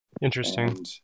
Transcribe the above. Interesting